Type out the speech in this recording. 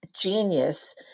genius